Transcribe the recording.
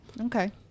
Okay